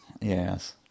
Yes